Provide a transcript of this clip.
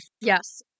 Yes